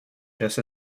just